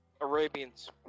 Arabians